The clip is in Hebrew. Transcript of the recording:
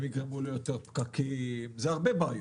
הם יגרמו ליותר פקקים, זה הרבה בעיות,